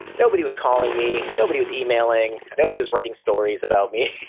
nobody was calling me, nobody was emailing, nobody was writing stories about me,